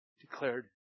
declared